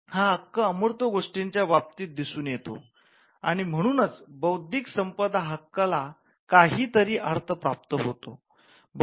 हा हक्क अमूर्त गोष्टीच्या बाबतीत दिसून येतो आणि म्हणूनच बौद्धिक संपदा हक्क ला काहीतरी अर्थ प्राप्त होतो